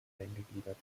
eingegliedert